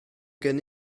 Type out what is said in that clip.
gen